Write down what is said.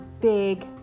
big